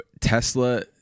Tesla